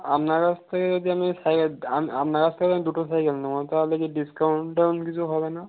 আপনার কাছ থেকে যদি আমি সাইকেল আম আপনার কাছ থেকে আমি দুটো সাইকেল নেব তাহলে যে ডিসকাউন্ট টাউন্ট কিছু হবে না